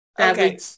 Okay